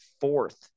fourth